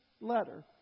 letter